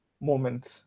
moments